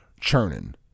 churning